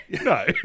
No